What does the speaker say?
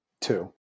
Two